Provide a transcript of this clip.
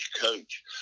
coach